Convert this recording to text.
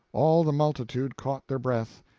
all the multitude caught their breath,